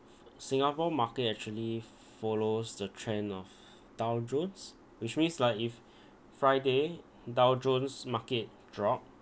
singapore market actually follows the trend of dow jones which means like if friday dow jones market drop